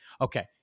Okay